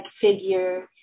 figure